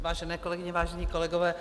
Vážené kolegyně, vážení kolegové.